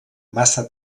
massa